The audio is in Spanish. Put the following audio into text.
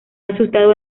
asustado